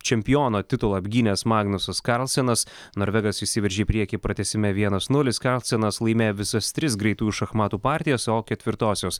čempiono titulą apgynęs magnusas karlsenas norvegas išsiveržė į priekį pratęsime vienas nulis karlsenas laimėjo visas tris greitųjų šachmatų partijas o ketvirtosios